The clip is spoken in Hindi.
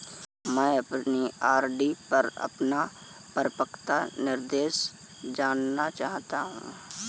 मैं अपनी आर.डी पर अपना परिपक्वता निर्देश जानना चाहता हूँ